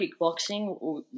kickboxing